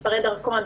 מספרי דרכון,